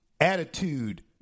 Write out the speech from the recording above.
Attitude